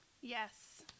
Yes